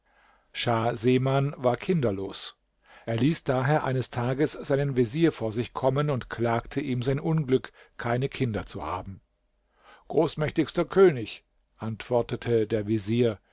seman war kinderlos er ließ daher eines tages seinen vezier vor sich kommen und klagte ihm sein unglück keine kinder zu haben großmächtigster könig antwortete der vezier